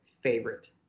favorite